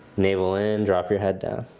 navel in, drop your head down.